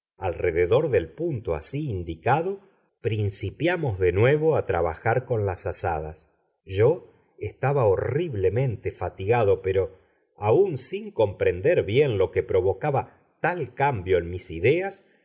alrededor del punto así indicado principiamos de nuevo a trabajar con las azadas yo estaba horriblemente fatigado pero aun sin comprender bien lo que provocaba tal cambio en mis ideas